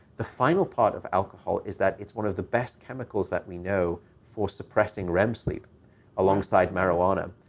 the final part of alcohol is that it's one of the best chemicals that we know for suppressing rem sleep alongside marijuana.